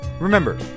remember